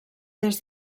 des